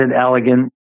elegant